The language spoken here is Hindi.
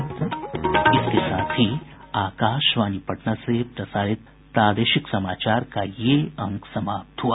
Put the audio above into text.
इसके साथ ही आकाशवाणी पटना से प्रसारित प्रादेशिक समाचार का ये अंक समाप्त हुआ